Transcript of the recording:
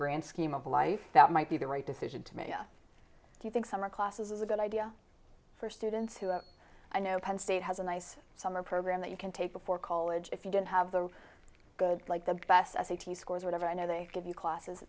grand scheme of life that might be the right decision to me do you think summer classes is a good idea for students who have i know penn state has a nice summer program that you can take before college if you didn't have the good like the best i think he scores whatever i know they give you classes